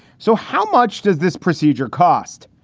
so how much does this procedure cost?